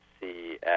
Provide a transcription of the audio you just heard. see